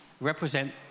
represent